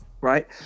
right